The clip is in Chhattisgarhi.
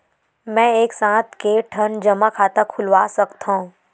मैं एक साथ के ठन जमा खाता खुलवाय सकथव?